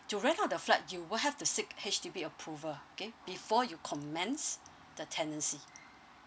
to rent out the flat you will have to seek H_D_B approval okay before you commence the tenancy